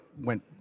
went